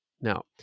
Now